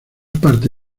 parte